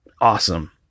awesome